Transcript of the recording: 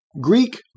Greek